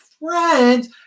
friends